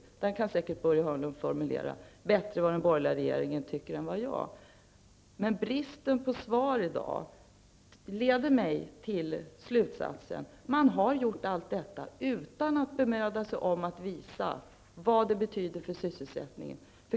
Börje Hörnlund kan säkert bättre formulera vad den borgerliga regeringen tycker än vad jag kan. Men bristen på svar i dag leder mig till slutsatsen att man har gjort allt detta utan att bemöda sig om att visa vad det betyder för sysselsättningen.